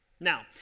Now